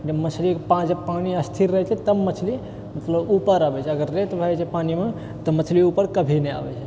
जब मछलीके पास जब पानी अस्थिर रहै छै तब मछली मतलब ऊपर अबै छै अगर रेत भए जाइ छै पानीमे तऽ मछली ऊपर कभी नहि आबै छै